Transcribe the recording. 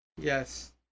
Yes